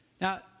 Now